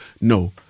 no